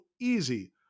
easy